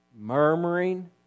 Murmuring